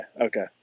okay